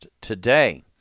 today